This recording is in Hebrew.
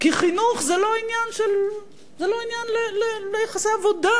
כי חינוך זה לא עניין ליחסי עבודה.